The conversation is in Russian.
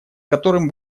которым